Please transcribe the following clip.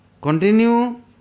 continue